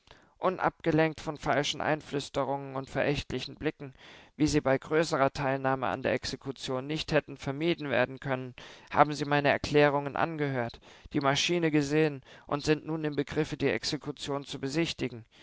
gunsten unabgelenkt von falschen einflüsterungen und verächtlichen blicken wie sie bei größerer teilnahme an der exekution nicht hätten vermieden werden können haben sie meine erklärungen angehört die maschine gesehen und sind nun im begriffe die exekution zu besichtigen